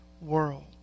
world